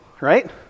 right